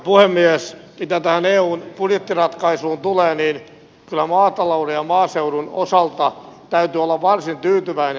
mitä tähän eun budjettiratkaisuun tulee niin kyllä maatalouden ja maaseudun osalta täytyy olla varsin tyytyväinen